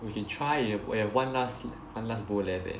you can try you've you've one last [one] last bowl left eh